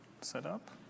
setup